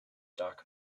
doc